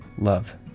Love